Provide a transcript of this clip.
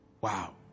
Wow